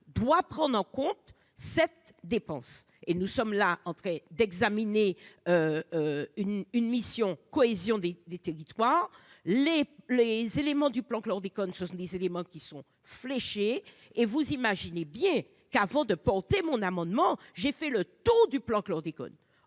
doit prendre en compte cette dépense, et nous sommes là, entrée d'examiner une une mission cohésion des territoires les les éléments du plan chlordécone, ce sont des éléments qui sont fléchés et vous imaginez bien qu'avant de porter mon amendement, j'ai fait le taux du plan chlordécone